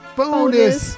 bonus